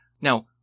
Now